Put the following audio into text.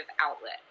outlet